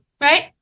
Right